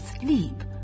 sleep